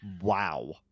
Wow